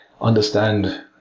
understand